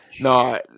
No